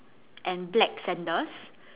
and black sandals